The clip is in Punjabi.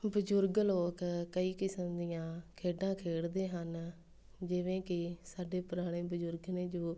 ਬਜ਼ੁਰਗ ਲੋਕ ਕਈ ਕਿਸਮ ਦੀਆਂ ਖੇਡਾਂ ਖੇਡਦੇ ਹਨ ਜਿਵੇਂ ਕਿ ਸਾਡੇ ਪੁਰਾਣੇ ਬਜ਼ੁਰਗ ਨੇ ਜੋ